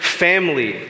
family